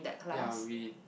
ya we